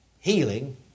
healing